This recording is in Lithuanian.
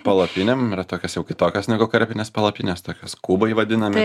palapinėm yra tokios jau kitokios negu karabinės palapinės tokios kubai vadinami